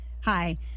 hi